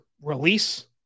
release